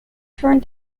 turned